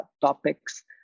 topics